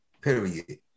period